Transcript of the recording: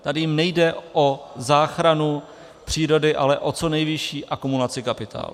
Tady nejde o záchranu přírody, ale o co nejvyšší akumulaci kapitálu.